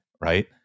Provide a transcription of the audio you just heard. right